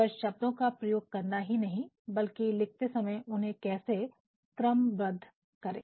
केवल शब्दों का प्रयोग करना ही नहीं बल्कि लिखते समय उन्हें कैसे क्रमबद्ध करें